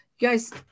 guys